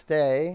Stay